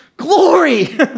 Glory